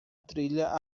trilha